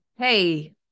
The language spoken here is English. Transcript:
hey